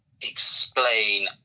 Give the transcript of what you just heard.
explain